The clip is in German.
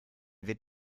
wird